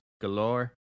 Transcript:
Galore